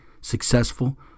successful